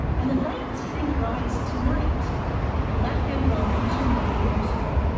and the light that's hitting your eyes tonight left andromeda two million years ago.